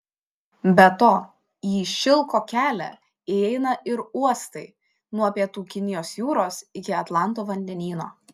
be to į šilko kelią įeina ir uostai nuo pietų kinijos jūros iki atlanto vandenyno